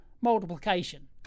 multiplication